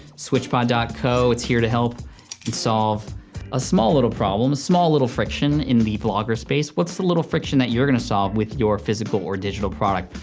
switchpod ah co, it's here to help and solve a small little problem, small little friction in the vlogger space. what's the little friction that you're gonna solve with your physical or digital product?